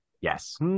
yes